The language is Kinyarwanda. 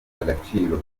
agaciro